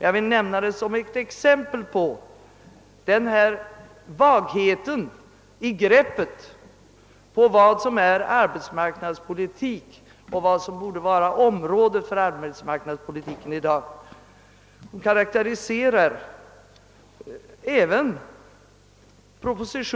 Jag har bara velat ge ett exempel på den rådande vagheten i uppfattningen om hur vår arbetsmarknadspolitik skall vara utformad och om vad som i dag skall ligga inom dess område.